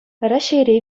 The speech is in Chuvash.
раҫҫейре